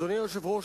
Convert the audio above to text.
אדוני היושב-ראש,